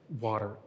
water